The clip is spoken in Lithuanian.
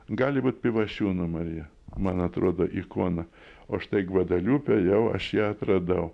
gali būt pivašiūnų marija man atrodo ikona o štai gvadaliupė jau aš ją atradau